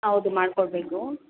ಹೌದು ಮಾಡಿಕೊಡ್ಬೇಕು